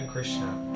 Krishna